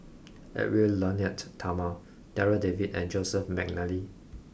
Edwy Lyonet Talma Darryl David and Joseph McNally